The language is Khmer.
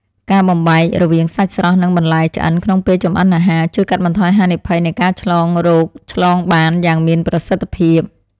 ការបំបែករវាងសាច់ស្រស់និងបន្លែឆ្អិនក្នុងពេលចម្អិនអាហារ ជួយកាត់បន្ថយហានិភ័យនៃការឆ្លងរោគឆ្លងបានយ៉ាងមានប្រសិទ្ធភាព។